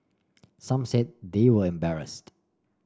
some said they were embarrassed